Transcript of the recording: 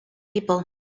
people